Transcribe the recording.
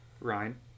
Ryan